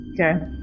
Okay